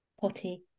Potty